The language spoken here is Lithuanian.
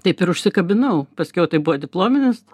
taip ir užsikabinau paskiau tai buvo diplominis